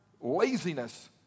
laziness